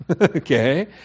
okay